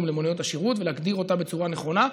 למוניות השירות ולהגדיר אותה בצורה נכונה,